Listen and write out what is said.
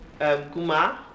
Guma